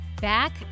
Back